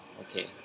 okay